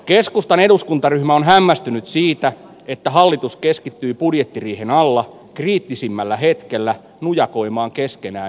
keskustan eduskuntaryhmä on hämmästynyt siitä että hallitus keskittyy budjettiriihen alla kriittisimmällä hetkellä nujakoimaan keskenään